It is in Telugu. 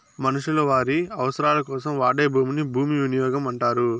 మనుషులు వారి అవసరాలకోసం వాడే భూమిని భూవినియోగం అంటారు